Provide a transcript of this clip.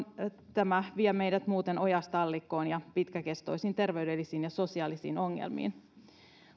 tämä tilanne vie meidät muuten ojasta allikkoon ja pitkäkestoisiin terveydellisiin ja sosiaalisiin ongelmiin mutta